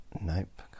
Nope